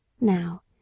Now